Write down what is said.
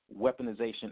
weaponization